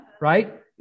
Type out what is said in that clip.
Right